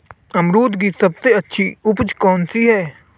अमरूद की सबसे अच्छी उपज कौन सी है?